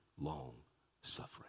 long-suffering